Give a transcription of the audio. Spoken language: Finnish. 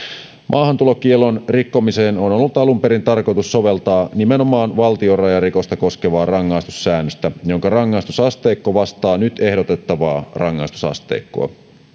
maahantulokiellon rikkomiseen on ollut alun perin tarkoitus soveltaa nimenomaan valtionrajarikosta koskevaa rangaistussäännöstä jonka rangaistusasteikko vastaa nyt ehdotettavaa rangaistusasteikkoa